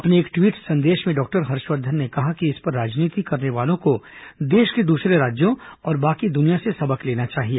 अपने एक ट्वीट संदेश में डॉक्टर हर्षवर्धन ने कहा कि इस पर राजनीति करने वालों को देश के दूसरे राज्यों और बाकी दुनिया से सबक लेना चाहिए